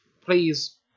Please